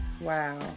Wow